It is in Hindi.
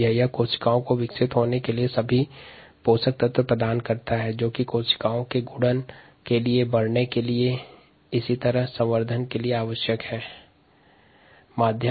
माध्यम कोशिकाओं की वृद्धि के लिए आवश्यक सभी पोषक तत्व प्रदान करता है जो कोशिका गुणन और वृद्धि के लिए आवश्यक है